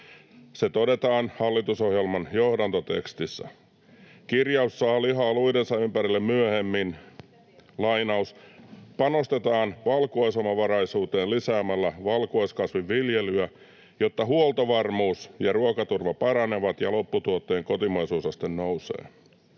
Se todetaan hallitusohjelman johdantotekstissä. Kirjaus saa lihaa luidensa ympärille myöhemmin: ”Panostetaan valkuaisomavaraisuuteen lisäämällä valkuaiskasvien viljelyä, jotta huoltovarmuus ja ruokaturva paranevat ja lopputuotteen kotimaisuusaste nousee.”